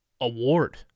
award